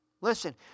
Listen